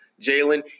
Jalen